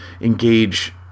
engage